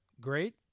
Great